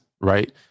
right